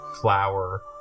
flower